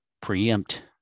preempt